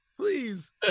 Please